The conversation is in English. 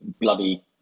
bloody